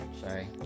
Sorry